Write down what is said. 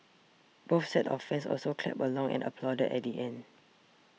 both sets of fans also clapped along and applauded at the end